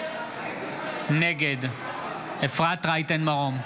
נגד אפרת רייטן מרום,